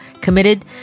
committed